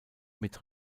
mit